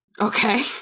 Okay